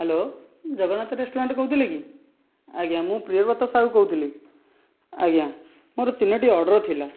hello Jagannath restaurant କହୁଥିଲେ କି ଆଜ୍ଞା ମୁଁ ପ୍ରିୟବ୍ରତ ସାହୁ କହୁଥିଲି ଆଜ୍ଞା ମୋର ତିନୋଟି ଅର୍ଡ଼ର ଥିଲା